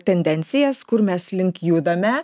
tendencijas kur mes link judame